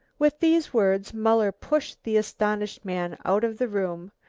with these words muller pushed the astonished man out of the room,